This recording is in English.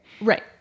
Right